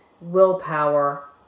willpower